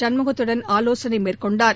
சண்முகத்திடம் ஆலோசனை மேற்கொண்டார்